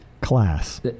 class